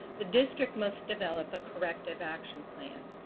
the district must develop a corrective action plan.